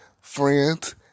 friends